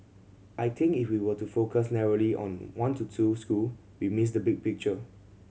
I think if we were to focus narrowly on one to two school we miss the big picture